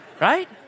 right